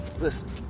Listen